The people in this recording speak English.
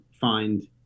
find